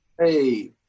Hey